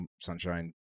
sunshine